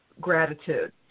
gratitude